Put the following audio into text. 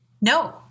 No